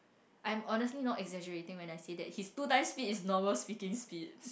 I'm honestly not exaggerating when I say that he's two times speed is normal speaking speed